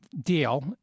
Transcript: deal